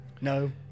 no